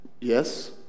yes